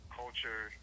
culture